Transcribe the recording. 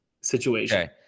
situation